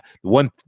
one